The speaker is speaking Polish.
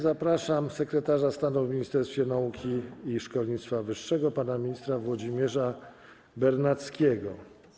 Zapraszam sekretarza stanu w Ministerstwie Nauki i Szkolnictwa Wyższego pana ministra Włodzimierza Bernackiego.